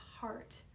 heart